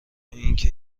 اینکه